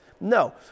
No